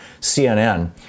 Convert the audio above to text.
CNN